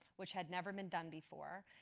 which had never been done before,